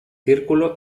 círculo